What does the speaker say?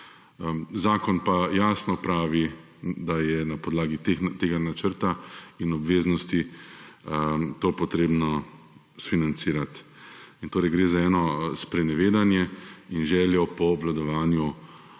Zakon pa jasno pravi, da je na podlagi tega načrta in obveznosti to potrebno financirati in torej gre za eno sprenevedanje in željo po obvladovanju